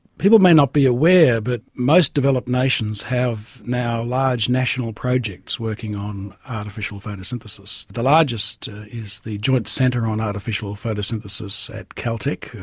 people may not be aware, but most developed nations have now large national projects working on artificial photosynthesis. the largest is the joint centre on artificial photosynthesis at caltech,